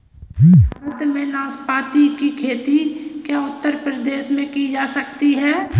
भारत में नाशपाती की खेती क्या उत्तर प्रदेश में की जा सकती है?